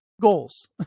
goals